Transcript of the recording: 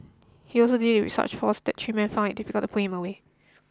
he also did it with such force that three men found it difficult to pull him away